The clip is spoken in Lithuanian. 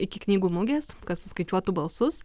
iki knygų mugės kad suskaičiuotų balsus